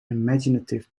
imaginative